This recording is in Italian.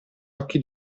occhi